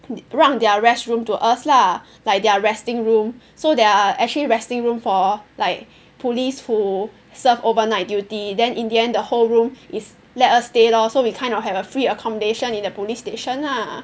让 their restroom to us lah like their resting room so there are actually resting room for like police who serve overnight duty then in the end the whole room is let us stay lor so we kind of have a free accommodation in a police station lah